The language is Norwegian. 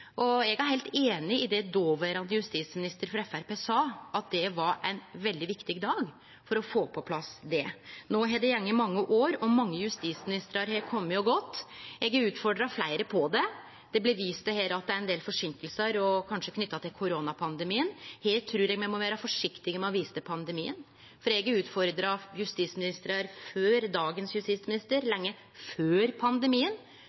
Eg er heilt einig i det dåverande justisminister frå Framstegspartiet sa, at det var ein veldig viktig dag for å få på plass det. No har det gått mange år, og mange justisministrar har kome og gått. Eg har utfordra fleire på det. Det blir her vist til at det er ein del forseinkingar, kanskje knytte til koronapandemien. Her trur eg me må vere forsiktige med å vise til pandemien, for eg har utfordra justisministrar før dagens justisminister, lenge før pandemien,